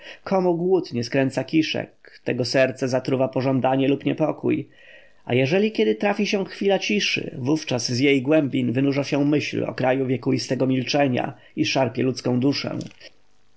komu głód nie skręca kiszek tego serce zatruwa pożądanie lub niepokój a jeżeli kiedy trafi się chwila ciszy wówczas z jej głębin wynurza się myśl o kraju wiekuistego milczenia i szarpie ludzką duszę